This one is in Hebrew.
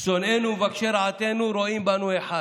שונאינו ומבקשי רעתנו רואים בנו אחד,